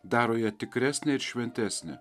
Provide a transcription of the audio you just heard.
daro ją tikresnę ir šventesnę